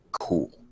cool